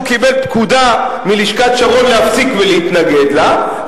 קיבל פקודה מלשכת שרון להפסיק להתנגד לה,